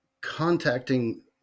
contacting